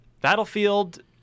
battlefield